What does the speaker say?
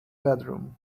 bedroom